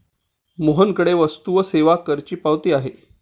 मोहनकडे वस्तू व सेवा करची पावती आहे